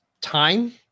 time